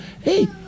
hey